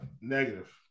negative